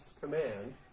command